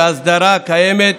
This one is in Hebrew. וההסדרה הקיימת,